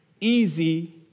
easy